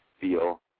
feel